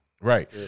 right